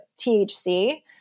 THC